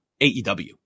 AEW